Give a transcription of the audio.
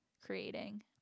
creating